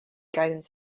guidance